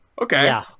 Okay